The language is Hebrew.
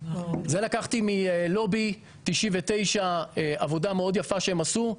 זה לקחתי מלובי 99 עבודה מאוד יפה שהם עשו.